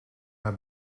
naar